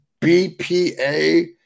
BPA